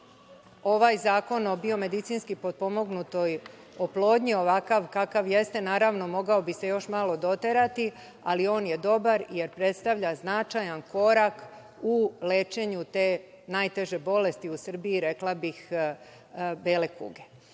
ovaj Zakon o biomedicinski potpomognutoj oplodnji, ovakav kakav jeste, naravno, mogao bi se još malo doterati, ali on je dobar jer predstavlja značajan korak u lečenju te najteže bolesti, rekla bih, bele kuge. Nešto